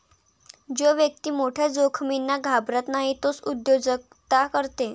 जो व्यक्ती मोठ्या जोखमींना घाबरत नाही तोच उद्योजकता करते